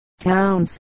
towns